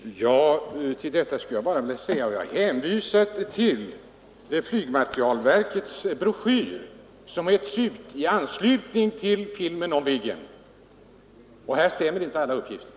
Herr talman! Såsom svar på detta skulle jag bara vilja hänvisa till flygmaterielverkets broschyr, som gavs ut i anslutning till filmen om Viggen. I denna broschyr stämmer inte alla uppgifter.